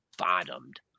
Bottomed